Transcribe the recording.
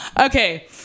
Okay